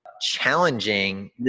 challenging